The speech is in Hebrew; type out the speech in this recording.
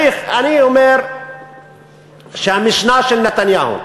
אני אומר שהמשנה של נתניהו,